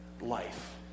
life